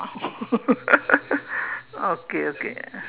okay okay